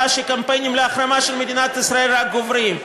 שקמפיינים להחרמה של מדינת ישראל רק גוברים.